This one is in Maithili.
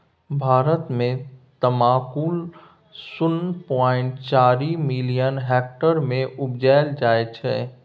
भारत मे तमाकुल शुन्ना पॉइंट चारि मिलियन हेक्टेयर मे उपजाएल जाइ छै